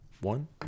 one